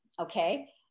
Okay